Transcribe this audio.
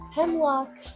Hemlock